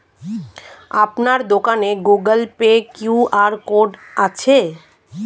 আপনার দোকানে Google Pay QR code আছে?